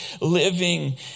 living